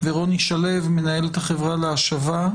ורוני שלו מנהלת החברה להשבה,